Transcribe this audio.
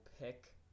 pick